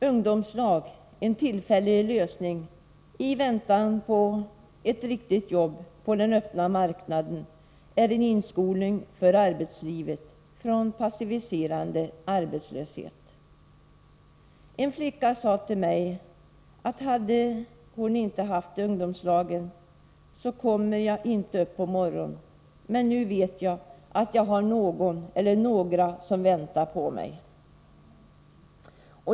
Ungdomslag — en tillfällig lösning i väntan på ett riktigt jobb på den öppna marknaden — är en inskolning i arbetslivet från passiviserande arbetslöshet. En flicka sade till mig: Om jag inte haft ungdomslaget skulle jag inte kommit upp på morgonen. Nu vet jag att jag har någon eller några som väntar på mig.